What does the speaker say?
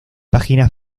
página